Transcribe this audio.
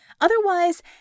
Otherwise